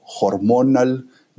hormonal